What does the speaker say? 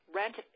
rent